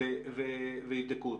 ויבדקו אותם?